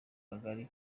kagari